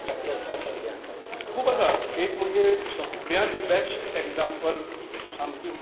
structures कशे कितें आसात खूब आसात एक म्हणजे सगल्यांत बेश्ट एक्जांंपल सामकें